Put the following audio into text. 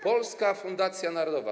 Polska Fundacja Narodowa.